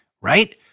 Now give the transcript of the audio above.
right